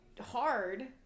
hard